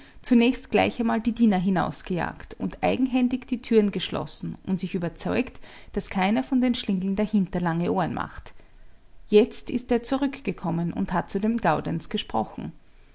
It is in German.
zunächst gleich einmal die diener hinausgejagt und eigenhändig die türen geschlossen und sich überzeugt daß keiner von den schlingeln dahinter lange ohren macht jetzt ist er zurückgekommen und hat zu dem gaudenz gesprochen